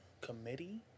Committee